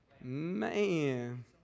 Man